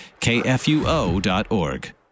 KFUO.org